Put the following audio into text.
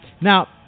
Now